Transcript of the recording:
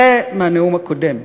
זה מהנאום הקודם,